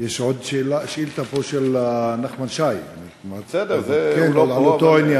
יש עוד שאילתה של נחמן שי על אותו עניין.